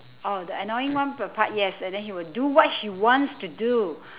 oh the annoying one per part yes and then he will do what he wants to do